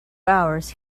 hours